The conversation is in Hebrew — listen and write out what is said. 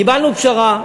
קיבלנו פשרה,